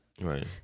Right